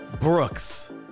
Brooks